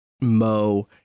Mo